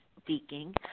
speaking